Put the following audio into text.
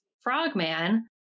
frogman